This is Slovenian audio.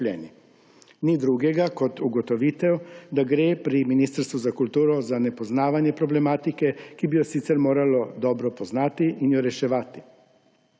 Ni drugega, kot ugotovitev, da gre pri Ministrstvu za kulturo za nepoznavanje problematike, ki bi jo sicer moralo dobro poznati in jo reševati.